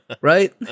Right